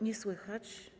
Nie słychać.